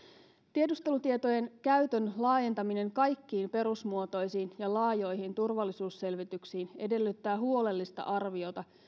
tiedustelutietojen käytön laajentaminen kaikkiin perusmuotoisiin ja laajoihin turvallisuusselvityksiin edellyttää huolellista arviota